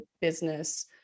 business